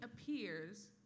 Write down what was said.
appears